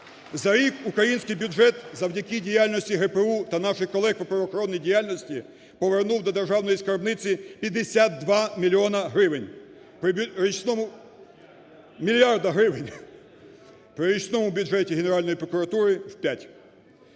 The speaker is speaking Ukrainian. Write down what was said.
За рік український бюджет завдяки діяльності ГПУ та наших колег по правоохоронної діяльності повернув до державної скарбниці 52 мільйона гривень, при річному… Мільярда гривень.